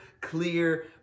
clear